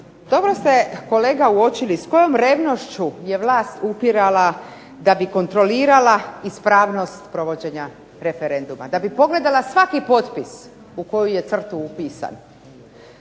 Dobro ste kolega uočili s kojom revnošću je vlast upirala da bi kontrolirala ispravnost provođenja referenduma, da bi pogledala svaki potpis u koju je crtu upisan.